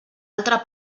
altra